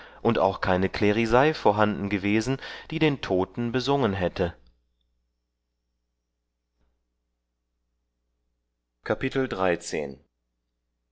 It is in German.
und auch keine klerisei vorhanden gewesen die den toten besungen hätten